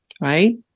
right